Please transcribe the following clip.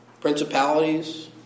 principalities